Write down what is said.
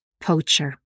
poacher